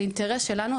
זה אינטרס שלנו,